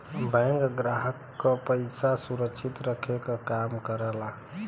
bank ग्राहक क पइसा सुरक्षित रखे क काम करला